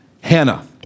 Hannah